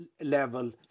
level